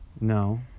No